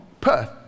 Perth